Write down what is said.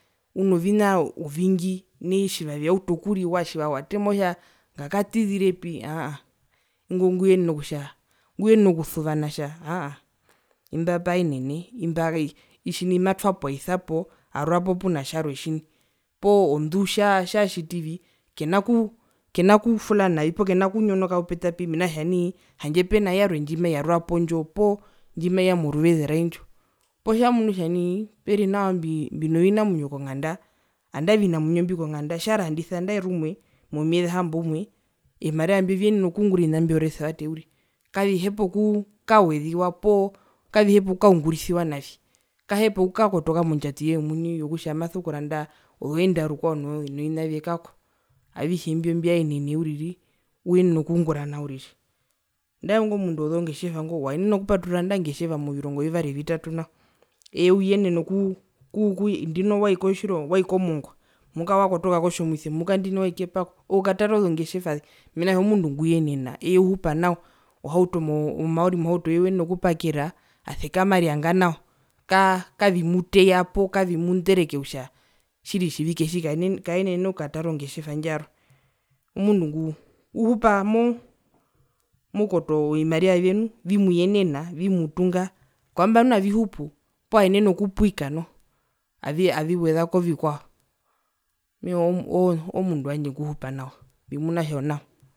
Unovina ovingi mehee tjiva vyautu okuriwa tjiva watemwa kutja ngakatizirepi aa aa ingwi nguyenena kutja nguyenena okusuvana atja imba paenene imba nai itji nai matwapo aisapo aarurapo puna tjarwe tjii poo ndu tja tja tjativi kenaku kenaku kufula navi poo kena kunyonoka pupetapi mena rokutjanai tjandje pena yarwe ndjimaiyarurapo ndjo poo ndjimaiya moruveze raindjo poo tjamunu kutja nai peri nawa mbi mbino vinamwinyo kongnda andae ovinamwinyo mbi konganda tjarandisa nandae rumwe momwyeze hamboumwe ovimariva mbio viyenena okungura ovina mbio vyoresevate uri kavihepa oku kaweziwa poo kavihepa okukaungurisiwa navi kahepa okukakotoka mondjatuye omuni yokutja maso kuranda ozoenda rukwao novinavye kako avihe mbio mbyaenene uriri uyenena okungura nao uriri andae ingo mundu wozongetjeva ngo waenena okupaturura nangae ongetjeva movirongo vivari vitatu nao eye uyenena oku oku ndino wai kotjirongo wai komongua muhuka wakotoka kotjomuise mukaa ndina wai kepako okukatara ozongetjevaze mena rokutja omundu nguyenena mena rokutja uhupa nawa ohauto moo omaori mohautoye uyenena okupakera azekama arianga nao ka ka kavimuteya poo kavimundereke kutja tjiri tjiri otjiveke tji kaenene okukatara ongetjeva indjo yarwe omundu nguu uhupa mo moukoto ovimariva vye nu vimuyenena vimutunga kwamba noho avihupu poaenene okupwika aiweza kovikwao mehee oo omundu wandje nguhupa nawa mbimuna kutja onao.